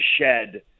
shed